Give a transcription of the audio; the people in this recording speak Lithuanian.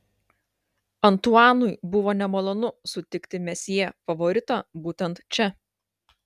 antuanui buvo nemalonu sutikti mesjė favoritą būtent čia